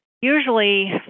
Usually